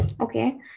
Okay